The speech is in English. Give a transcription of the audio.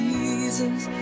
Jesus